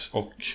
och